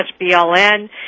BLN